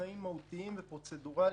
בוקר טוב,